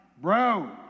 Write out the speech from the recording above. bro